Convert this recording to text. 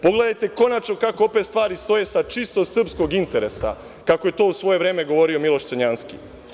Pogledajte konačno kako opet stvari stoje sa čisto srpsko interesa, kako je to u svoje vreme govorio Miloš Crnjanski.